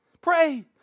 pray